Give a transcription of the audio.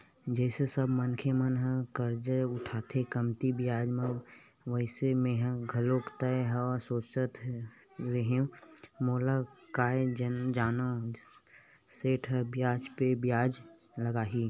जइसे सब मनखे मन करजा उठाथे कमती बियाज म वइसने मेंहा घलोक लाय हव सोचत रेहेव मेंहा काय जानव सेठ ह बियाज पे बियाज लगाही